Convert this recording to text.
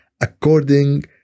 according